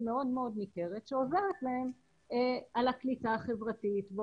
מאוד מאוד ניכרת שעוזרת להם בקליטה החברתית.